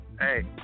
hey